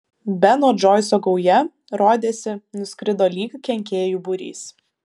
beno džoiso gauja rodėsi nuskrido lyg kenkėjų būrys